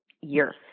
year